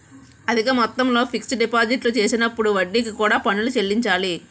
అధిక మొత్తంలో ఫిక్స్ డిపాజిట్లు చేసినప్పుడు వడ్డీకి కూడా పన్నులు చెల్లించాలి